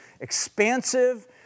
expansive